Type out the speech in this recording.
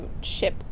ship